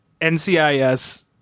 NCIS